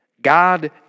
God